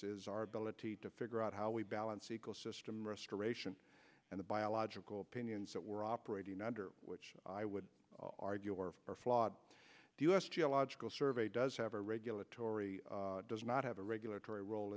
is our ability to figure out how we balance ecosystem restoration and the biological opinions that we're operating under which i would argue are flawed do u s geological survey does have a regulatory does not have a regulatory role